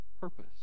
purpose